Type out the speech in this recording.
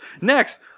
Next